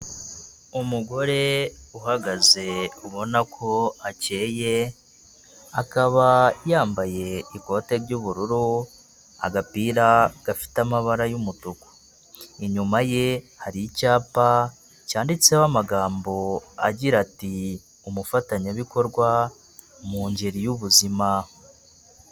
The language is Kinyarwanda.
Umugore uhagaze ubona ko akeye, akaba yambaye ikote ry'ubururu agapira gafite amabara y'umutuku, inyuma ye hari icyapa cyanditseho amagambo agira ati umufatanyabikorwa mu ngeri y'ubuzima.